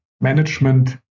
management